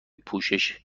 پوشش